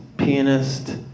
Pianist